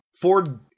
Ford